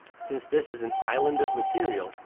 since this is an island of material,